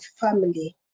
family